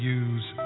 use